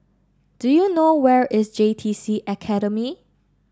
do you know where is J T C Academy